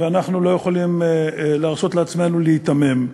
ואנחנו לא יכולים להרשות לעצמנו להיתמם.